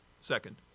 Second